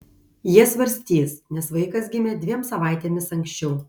jie svarstys nes vaikas gimė dviem savaitėmis anksčiau